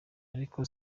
ariko